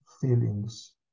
feelings